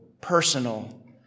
personal